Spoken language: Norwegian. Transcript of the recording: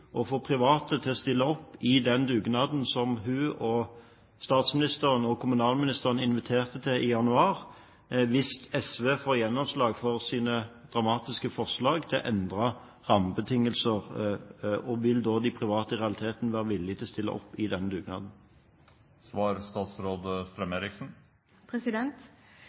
private til å stille opp i den dugnaden som hun, statsministeren og kommunalministeren inviterte til i januar, hvis SV får gjennomslag for sine dramatiske forslag til endrede rammebetingelser, og vil de private i realiteten være villig til å stille opp i denne dugnaden?